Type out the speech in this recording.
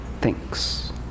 thinks